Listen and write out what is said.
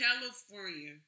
California